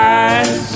eyes